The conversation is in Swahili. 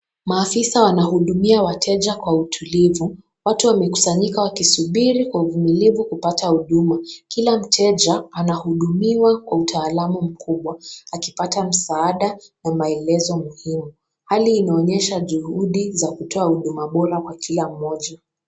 Maafisa wanahudumia wateja kwa utulivu. Watu wamekusanyika kwa uvumilivu kupata huduma. Kila mteja anahudumiwa kwa utaalamu mkubwa akipata msaaada na maelezo muhimu. Hali inaonyesha juhudi za kutoa huduma bora kwa kila mmoja.